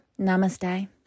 Namaste